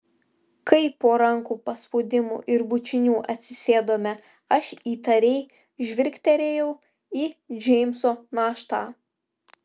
kai po rankų paspaudimų ir bučinių atsisėdome aš įtariai žvilgterėjau į džeimso naštą